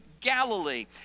Galilee